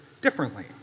differently